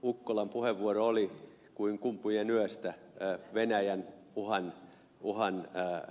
ukkolan puheenvuoro oli kuin kumpujen yöstä venäjän uhan esittelyssä